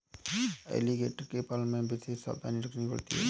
alligator के पालन में विशेष सावधानी रखनी पड़ती है